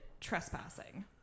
trespassing